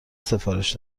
سفارش